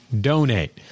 donate